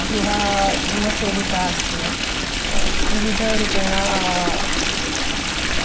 गृहे गृहसेविका अस्ति विविधरूपेण